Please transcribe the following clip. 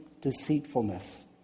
deceitfulness